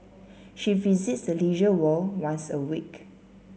she visits the Leisure World once a week